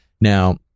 Now